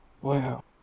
Wow